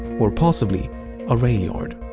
or possibly a rail yard.